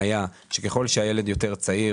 אמרת להם שחייבים לעשות הוראת ביצוע.